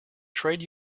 trade